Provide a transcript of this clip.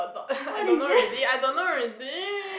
I don't know already I don't know already